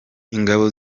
ingabo